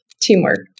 teamwork